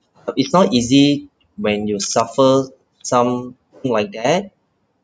it's not easy when you suffer something like that